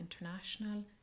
International